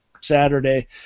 Saturday